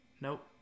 Nope